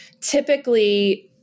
typically